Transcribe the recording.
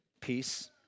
peace